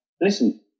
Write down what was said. listen